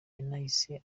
yanahise